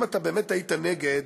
אם אתה באמת היית נגד,